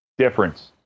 difference